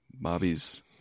Bobby's